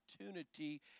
opportunity